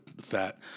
fat